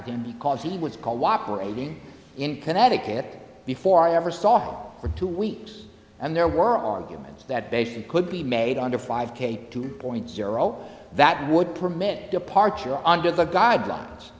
with him because he was cooperating in connecticut before i ever saw for two weeks and there were arguments that basin could be made under five k two point zero that would permit departure under the guidelines